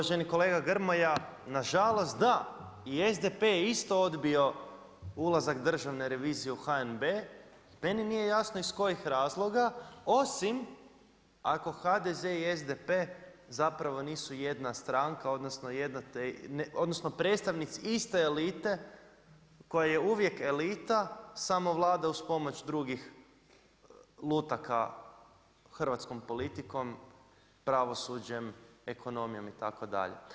Uvaženi kolega Grmoja, nažalost, da, i SDP je isto odbio ulazak Državne revizije u HNB, meni nije jasno iz kojih razloga osim ako HDZ i SDP zapravo nisu jedna stranka, odnosno predstavnici iste elite koja je uvijek elita, samo vlada uz pomoć drugih lutaka hrvatskom politikom, pravosuđem, ekonomijom, itd.